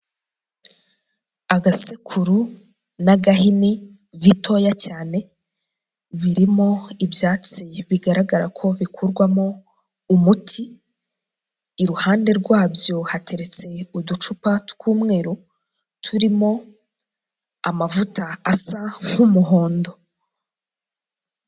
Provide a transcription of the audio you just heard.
Agasekuru n'agahini bitoya cyane birimo ibyatsi bigaragara ko bikorwamo umuti, iruhande rwabyo hateretse uducupa tw'umweru turimo amavuta asa nk'umuhondo.